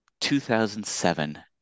2007